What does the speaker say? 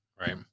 Right